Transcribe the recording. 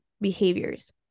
behaviors